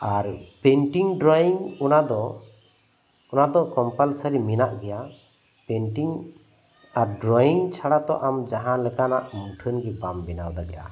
ᱟᱨ painting drawing ᱚᱱᱟ ᱫᱚ ᱚᱱᱟ ᱫᱚ ᱠᱚᱢᱯᱟᱞᱥᱟᱨᱤ ᱢᱮᱱᱟᱜ ᱜᱮᱭᱟ ᱯᱮᱱᱴᱤᱝ ᱟᱨ ᱰᱨᱚᱭᱤᱝ ᱪᱷᱟᱲᱟ ᱛᱚ ᱟᱢ ᱡᱟᱦᱟᱸ ᱞᱮᱠᱟᱱᱟᱜ ᱢᱩᱴᱷᱟᱹᱱ ᱜᱮ ᱵᱟᱢ ᱵᱮᱱᱟᱣ ᱫᱟᱲᱮᱭᱟᱜᱼᱟ